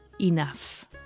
enough